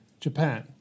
Japan